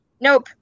Nope